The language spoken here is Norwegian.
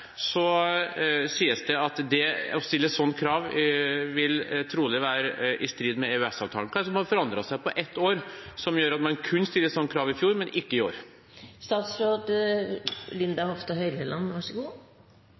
sies det at å stille et slikt krav vil trolig være i strid med EØS-avtalen. Hva er det som har forandret seg på ett år, som gjør at man kunne stille et slikt krav i fjor, men ikke i år? Nå ønsker i hvert fall jeg å være så